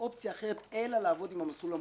אופציה אחרת אלא לעבוד עם המסלול המקוצר,